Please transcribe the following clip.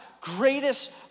greatest